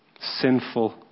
sinful